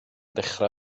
dechrau